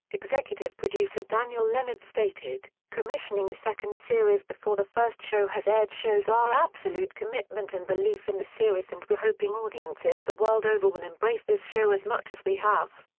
executive producer daniel lennard stated commissioning a second series before the first show has aired shows our absolute commitment and belief in the series and we're hoping audiences the world over will embrace this show as much as we have.